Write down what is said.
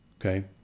Okay